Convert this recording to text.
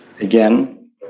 again